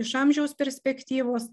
iš amžiaus perspektyvos